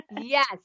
Yes